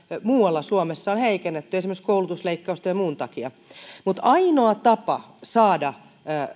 muualla suomessa on heikennetty esimerkiksi koulutusleikkausten ja muun takia mutta ainoa tapa saada